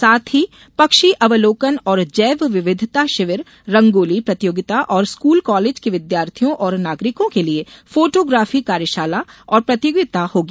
साथ ही पक्षी अवलोकन और जैव विविघता शिविर रंगोली प्रतियोगिता और स्कूल कॉलेज के विद्यार्थियों और नागरिकों के लिये फोटोग्राफी कार्यशाला और प्रतियोगिता होगी